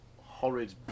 horrid